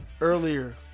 Earlier